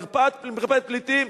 מרפאת פליטים.